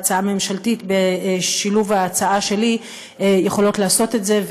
שההצעה הממשלתית וההצעה שלי יכולות לעשות את זה,